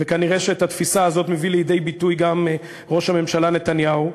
וכנראה את התפיסה הזאת מביא לידי ביטוי גם ראש הממשלה נתניהו.